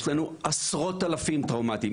יש לנו עשרות אלפים טראומטיים.